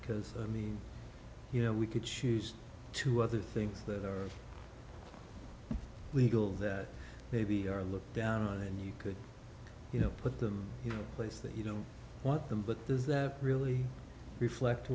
because i mean you know we could choose to other things that are legal that they be are looked down on you could you know put them in place that you don't want them but does that really reflect